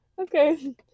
Okay